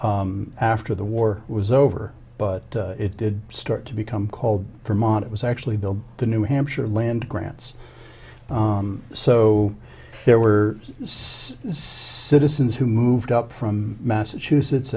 after the war was over but it did start to become called from on it was actually build the new hampshire land grants so there were citizens who moved up from massachusetts